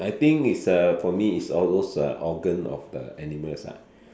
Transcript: I think it's a for me is all those a organ of the animals ah